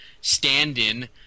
Stand-in